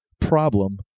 problem